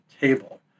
table